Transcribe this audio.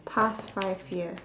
past five years